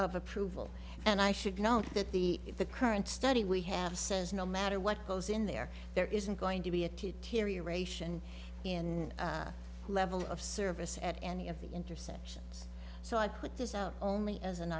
of approval and i should note that the current study we have says no matter what goes in there there isn't going to be a two teary ration in level of service at any of the intersections so i put this out only as an